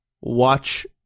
watch